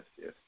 yes